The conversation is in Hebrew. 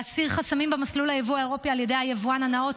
להסיר חסמים במסלול היבוא האירופי על ידי היבואן הנאות